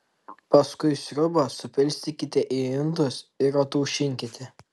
paskui sriubą supilstykite į indus ir ataušinkite